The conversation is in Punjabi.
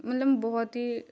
ਮਤਲਬ ਬਹੁਤ ਹੀ